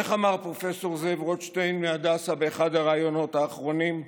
איך אמר פרופ' זאב רוטשטיין מהדסה באחד הראיונות האחרונים?